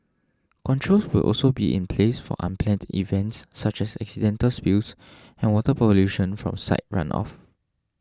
controls will also be in place for unplanned events such as accidental spills and water pollution from site run off